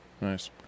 Nice